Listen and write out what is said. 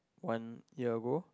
one year ago